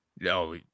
No